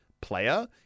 player